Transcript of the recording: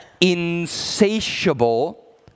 insatiable